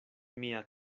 mia